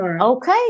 Okay